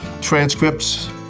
transcripts